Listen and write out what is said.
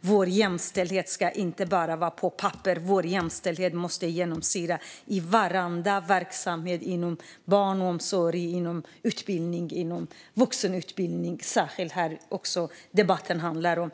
Vår jämställdhet ska inte bara finnas på papper. Vår jämställdhet måste genomsyra varenda verksamhet inom barnomsorg, utbildning och vuxenutbildning, som den här debatten handlar om.